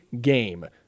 game